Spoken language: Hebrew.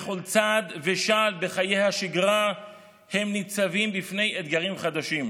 בכל צעד ושעל בחיי השגרה הם ניצבים בפני אתגרים חדשים.